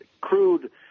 Crude